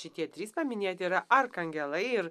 šitie trys paminėt yra arkangelai ir